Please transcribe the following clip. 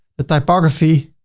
the typography,